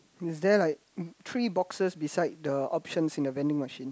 is there like three boxes beside the options in the vending machine